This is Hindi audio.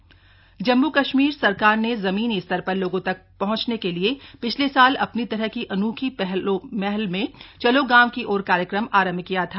चलो गांव की ओर जम्मू कश्मीर सरकार ने जमीनी स्तर पर लोगों तक पहुंचने के लिए पिछले साल अपनी तरह की अनोखी पहल में चलो गांव की ओर कार्यक्रम आरम किया था